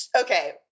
okay